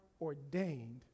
ordained